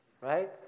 right